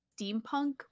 steampunk